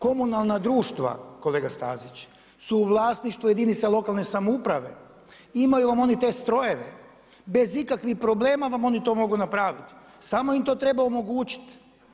Komunalna društva, kolega Stazić, su u vlasništvu jedinica lokalne samouprave, imaju vam oni te strojeve, bez ikakvih problema vam oni to mogu napraviti, samo im to treba omogućiti.